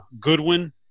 Goodwin